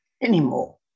anymore